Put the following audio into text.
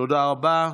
תודה רבה.